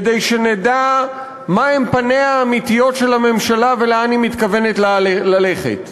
כדי שנדע מה הן פניה האמיתיות של הממשלה ולאן היא מתכוונת ללכת.